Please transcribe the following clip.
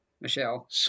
Michelle